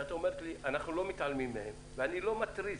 כשאת אומרת לי שאנחנו לא מתעלמים מהם ואני לא מתריס,